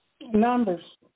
Numbers